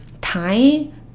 time